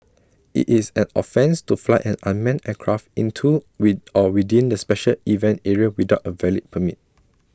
IT is an offence to fly an unmanned aircraft into with or within the special event area without A valid permit